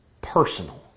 personal